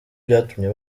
byatumye